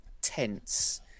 tense